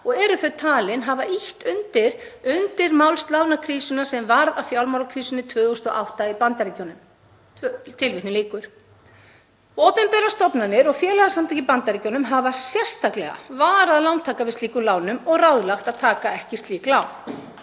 og eru þau talin hafa ýtt undir undirmálslánakrísuna sem varð að fjármálakrísunni 2008 í Bandaríkjunum.“ Opinberar stofnanir og félagasamtök í Bandaríkjunum hafa sérstaklega varað lántaka við slíkum lánum og ráðlagt að taka ekki slík lán.